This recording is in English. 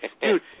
Dude